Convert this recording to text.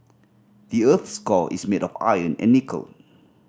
the earth's core is made of iron and nickel